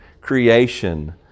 creation